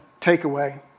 takeaway